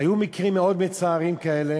היו מקרים מאוד מצערים כאלה